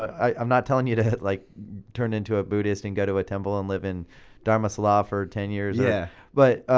ah i'm not telling you to like turn into a buddhist and go to a temple and live in dharamsala for ten years. yeah but